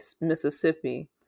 Mississippi